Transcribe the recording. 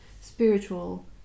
spiritual